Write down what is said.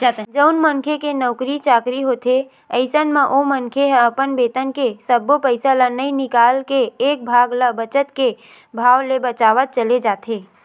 जउन मनखे के नउकरी चाकरी होथे अइसन म ओ मनखे ह अपन बेतन के सब्बो पइसा ल नइ निकाल के एक भाग ल बचत के भाव ले बचावत चले जाथे